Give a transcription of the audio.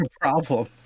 problem